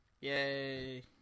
Yay